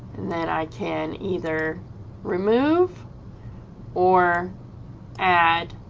and then i can either remove or add